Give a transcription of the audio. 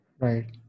right